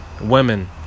Women